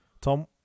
Tom